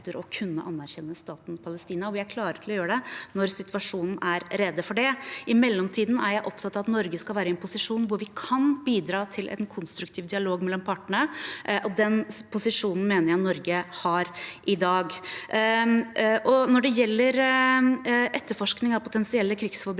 å kunne anerkjenne staten Palestina. Vi er klar til å gjøre det når situasjonen er rede. I mellomtiden er jeg opptatt av at Norge skal være i en posisjon hvor vi kan bidra til en konstruktiv dialog mellom partene, og den posisjonen mener jeg Norge har i dag. Når det gjelder etterforskning av potensielle krigsforbrytelser,